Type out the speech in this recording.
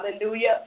Hallelujah